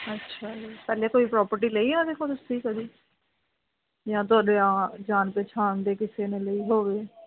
ਅੱਛਾ ਜੀ ਪਹਿਲੇ ਕੋਈ ਪ੍ਰੋਪਰਟੀ ਲਈ ਹੈ ਉਹਦੇ ਕੋਲ ਤੁਸੀਂ ਕਦੇ ਜਾਂ ਤੁਹਾਡੇ ਆ ਜਾਣ ਪਛਾਣ ਦੇ ਕਿਸੇ ਨੇ ਲਈ ਹੋਵੇ